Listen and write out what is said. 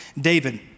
David